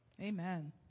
Amen